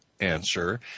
answer